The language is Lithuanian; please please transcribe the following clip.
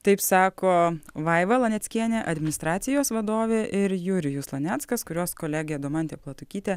taip sako vaiva laneckienė administracijos vadovė ir jurijus laneckas kuriuos kolegė domantė platūkytė